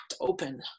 open